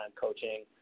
coaching